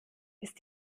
ist